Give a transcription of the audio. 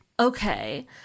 okay